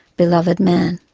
beloved man.